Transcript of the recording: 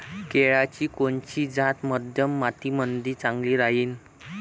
केळाची कोनची जात मध्यम मातीमंदी चांगली राहिन?